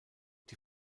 die